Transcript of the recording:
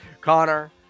Connor